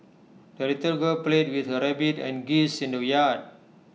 the little girl played with her rabbit and geese in the yard